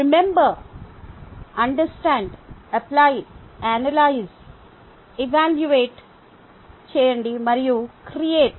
remember understand apply analyse evaluate చేయండి మరియు create